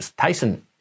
Tyson